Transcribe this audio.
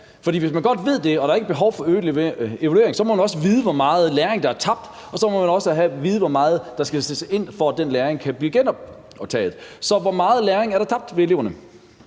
hvis man godt ved det og der ikke er behov for mere evaluering, må man også vide, hvor meget læring der er tabt, og så må man også vide, hvor meget der skal sættes ind, for at den læring kan blive genoptaget. Så hvor meget læring er der tabt hos eleverne?